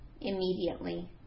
immediately